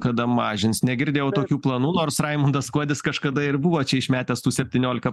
kada mažins negirdėjau tokių planų nors raimundas kuodis kažkada ir buvo čia išmetęs tų septyniolika